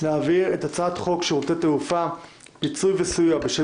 להעביר את הצעת חוק שירותי תעופה (פיצוי וסיוע בשל